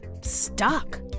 stuck